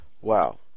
Wow